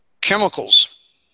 Chemicals